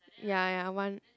ya ya I want